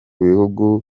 bihugu